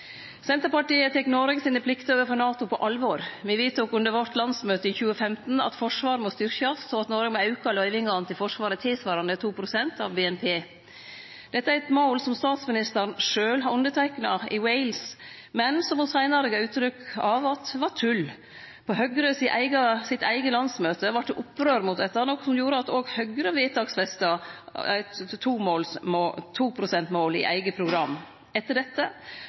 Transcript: Senterpartiet tek Noreg sine plikter overfor NATO på alvor. Me vedtok under vårt landsmøte i 2015 at Forsvaret må styrkjast, og at Noreg må auke løyvingane til Forsvaret tilsvarande 2 pst. av BNP. Dette er eit mål som statsministeren sjølv har underteikna i Wales, men som ho seinare gav uttrykk for var tull. På Høgre sitt eige landsmøte vart det opprør mot dette, noko som gjorde at òg Høgre vedtaksfesta eit 2 pst.-mål i eige program. Etter dette